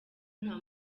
nta